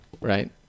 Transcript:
right